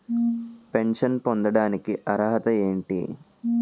Pension పొందడానికి అర్హత ఏంటి?